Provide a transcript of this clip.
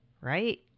right